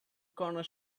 corner